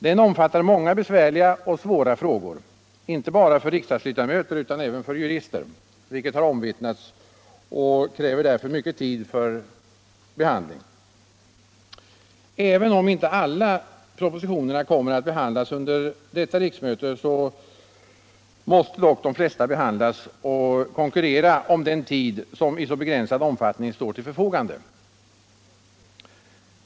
Den omfattar många besvärliga och svåra frågor — inte bara för riksdagsledamöter utan även för jurister, vilket har omvittnats — och kräver därför mycken tid för behandling. Även om inte alla propositionerna kommer att behandlas under detta riksmöte, så måste dock de flesta behandlas och konkurrera om den tid som i så begränsad omfattning står till förfogande.